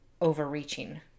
overreaching